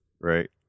Right